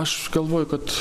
aš galvoju kad